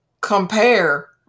compare